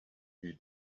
you